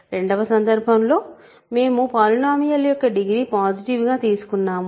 2 వ సందర్భం లో మేము పాలినోమియల్ యొక్క డిగ్రీ పాసిటివ్ గా తీసుకున్నాము